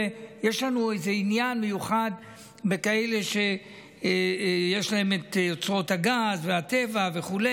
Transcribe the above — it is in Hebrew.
יש לנו איזה עניין מיוחד בכאלה שיש להם את אוצרות הגז והטבע וכו',